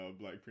Black